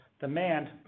demand